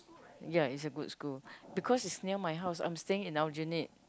ya is a good school because is near my house I'm staying in aljunied